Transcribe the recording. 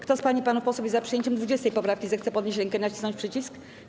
Kto z pań i panów posłów jest za przyjęciem 20. poprawki, zechce podnieść rękę i nacisnąć przycisk.